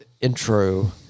intro